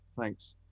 Thanks